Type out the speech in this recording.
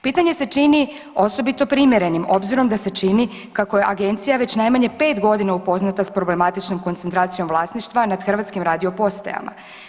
Pitanje se čini osobito primjerenim obzirom da se čini kako je agencija već najmanje 5.g. upoznata s problematičnom koncentracijom vlasništva nad hrvatskim radiopostajama.